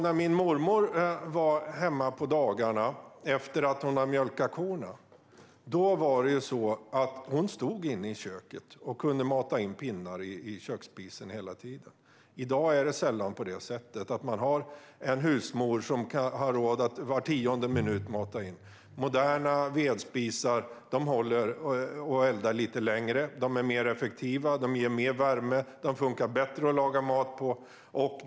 När min mormor var hemma på dagarna efter att hon hade mjölkat korna stod hon i köket och kunde hela tiden mata in pinnar i köksspisen. I dag har man sällan en husmor som har råd att mata in pinnar var tionde minut. Moderna vedspisar håller elden lite längre. De är mer effektiva. De ger mer värme. De funkar bättre att laga mat på.